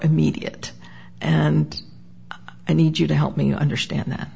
immediate and i need you to help me understand